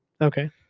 Okay